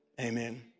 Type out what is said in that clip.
Amen